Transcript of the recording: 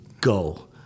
go